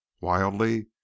Wildly